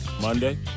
Monday